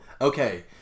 Okay